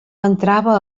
entrava